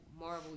Marvel